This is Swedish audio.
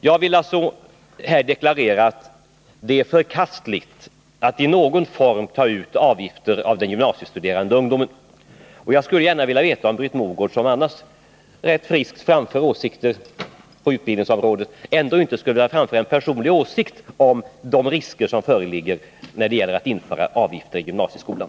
Jag vill alltså deklarera att det är förkastligt att i någon form ta ut avgifter av gymnasiestuderande ungdom. Jag skulle gärna vilja att Britt Mogård, som annars rätt friskt framför åsikter på utbildningsområdet, också här framförde en personlig åsikt om de risker som föreligger när det gäller att införa avgifter i gymnasieskolan.